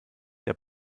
der